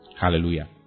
Hallelujah